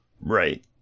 Right